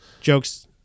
jokes